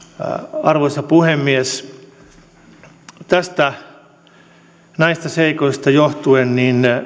arvoisa puhemies näistä seikoista johtuen